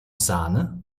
sahne